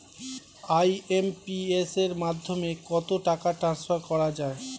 IMPS এর মাধ্যমে কত টাকা ট্রান্সফার করা যায়?